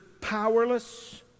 powerless